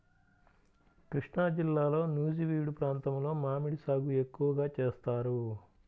కృష్ణాజిల్లాలో నూజివీడు ప్రాంతంలో మామిడి సాగు ఎక్కువగా చేస్తారు